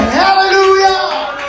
hallelujah